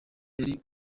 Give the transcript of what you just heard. yari